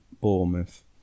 Bournemouth